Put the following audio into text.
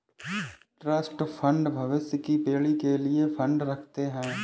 trust fund भविष्य की पीढ़ी के लिए फंड रखते हैं